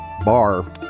bar